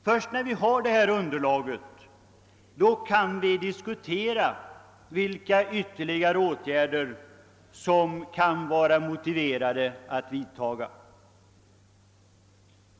Först när vi har detta underlag kan vi diskutera vilka ytterligare åtgärder som det kan vara motiverat att vidta.